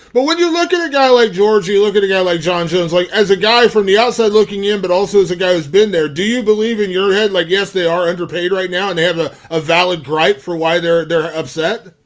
well, when you look at a guy like george, you look at a guy like john jones like as a guy from the outside looking in, but also as a guy who's been there. do you believe in your head like yes, they are underpaid right now and they have a a valid gripe for why they're they're upset.